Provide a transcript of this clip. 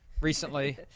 recently